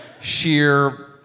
sheer